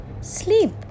sleep